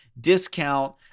discount